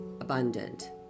abundant